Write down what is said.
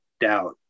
doubt